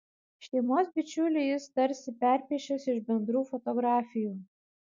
šeimos bičiulį jis tarsi perpiešęs iš bendrų fotografijų